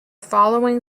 following